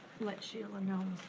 let sheila know